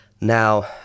Now